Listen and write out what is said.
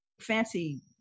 fancy